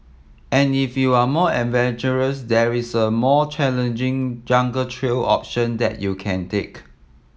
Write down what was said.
and if you're more adventurous there is a more challenging jungle trail option that you can take